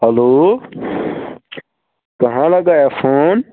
hello کہاں لگایا phone